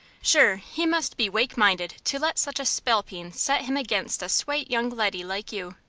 shure, he must be wake-minded to let such a spalpeen set him against a swate young leddy like you.